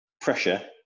pressure